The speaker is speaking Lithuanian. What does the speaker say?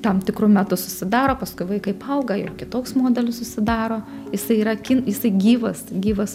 tam tikru metu susidaro paskui vaikai paauga jau kitoks modelis susidaro jisai yra kin jisai gyvas gyvas